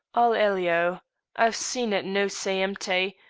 i'll alio' i've seen it no' sae empty,